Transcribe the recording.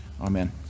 Amen